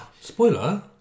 Spoiler